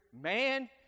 man